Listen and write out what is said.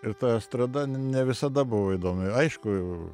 ir ta estrada n ne visada buvo įdomi aišku